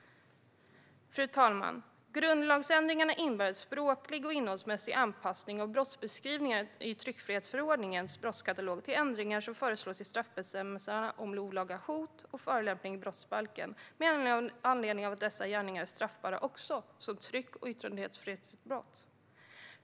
Fru talman! Grundlagsändringarna innebär en språklig och innehållsmässig anpassning av brottsbeskrivningarna i tryckfrihetsförordningens brottskatalog till de ändringar som föreslås i straffbestämmelserna om olaga hot och förolämpning i brottsbalken med anledning av att dessa gärningar är straffbara också som tryck och yttrandefrihetsbrott.